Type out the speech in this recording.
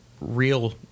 real